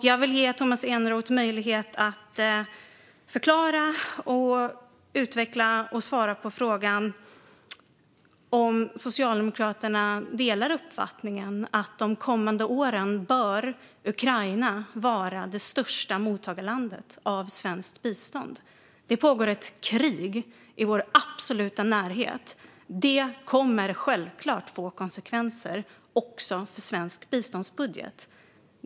Jag vill ge Tomas Eneroth möjlighet att förklara, utveckla och svara på frågan om Socialdemokraterna delar uppfattningen att under de kommande åren bör Ukraina vara det största mottagarlandet av svenskt bistånd. Det pågår ett krig i vår absoluta närhet. Det kommer självklart att få konsekvenser också för svensk biståndsbudget.